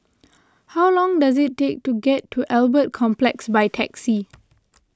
how long does it take to get to Albert Complex by taxi